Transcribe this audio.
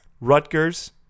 Rutgers